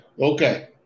Okay